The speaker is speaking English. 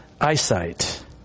eyesight